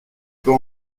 pas